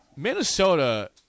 Minnesota